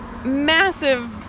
massive